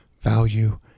value